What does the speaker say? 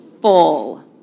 full